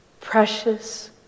precious